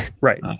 Right